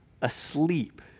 asleep